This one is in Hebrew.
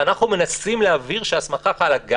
ואנחנו מנסים להבהיר שההסמכה חלה גם